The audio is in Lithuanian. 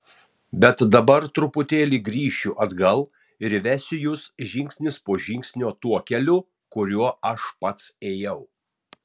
bet dabar truputėlį grįšiu atgal ir vesiu jus žingsnis po žingsnio tuo keliu kuriuo aš pats ėjau